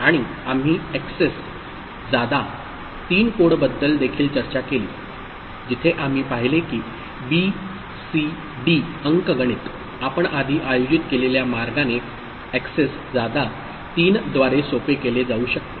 आणि आम्ही एक्सेस जादा 3 कोडबद्दल देखील चर्चा केली जिथे आम्ही पाहिले की BCD अंकगणित आपण आधी आयोजित केलेल्या मार्गाने एक्सेस जादा 3 द्वारे सोपे केले जाऊ शकते